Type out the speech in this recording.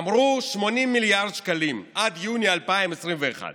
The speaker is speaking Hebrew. אמרו: 80 מיליארד שקלים עד יוני 2021. ושלא